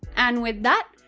and with that,